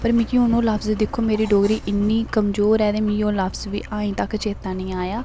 पर मिगी हून ओह् लफ्ज दिक्खो मेरी डोगरी इन्नी कमजोर ऐ ते मिगी ओह् लफ्ज बी अजें तक्कर चेता निं आया